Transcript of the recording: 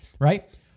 right